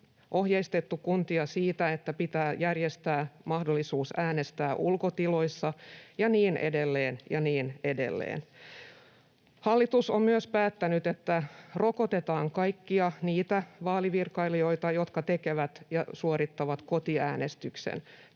ohjeistettu kuntia siitä, että pitää järjestää mahdollisuus äänestää ulkotiloissa, ja niin edelleen ja niin edelleen. Hallitus on myös päättänyt, että rokotetaan kaikki ne vaalivirkailijat, jotka suorittavat kotiäänestyksen. Tämä